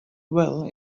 well